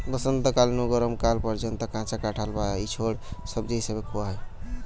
বসন্তকাল নু গরম কাল পর্যন্ত কাঁচা কাঁঠাল বা ইচোড় সবজি হিসাবে খুয়া হয়